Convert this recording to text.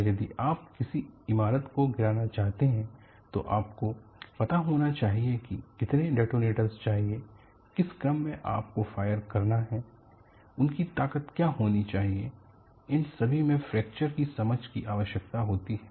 और यदि आप किसी इमारत को गिराना चाहते हैं तो आपको पता होना चाहिए कि कितने डेटोनेटर चाहिए किस क्रम में आपको फायर करना है उसकी ताकत क्या होनी चाहिए इन सभी में फ्रैक्चर की समझ की आवश्यकता होती है